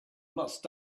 must